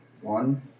one